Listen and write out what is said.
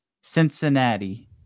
cincinnati